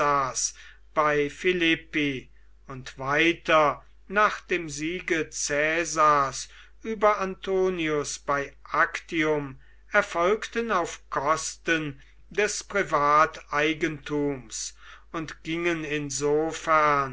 bei philippi und weiter nach dem siege caesars über antonius bei actium erfolgten auf kosten des privateigentums und gingen insofern